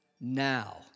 now